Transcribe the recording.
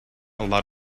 lot